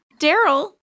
Daryl